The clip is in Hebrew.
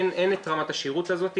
אין את רמת השירות הזאת.